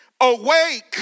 awake